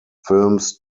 films